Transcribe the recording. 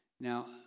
Now